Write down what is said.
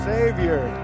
Savior